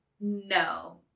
No